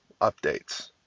updates